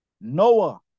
Noah